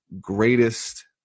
greatest